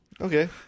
Okay